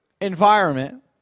environment